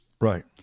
Right